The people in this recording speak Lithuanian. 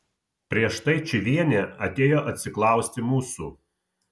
prieš tai čyvienė atėjo atsiklausti mūsų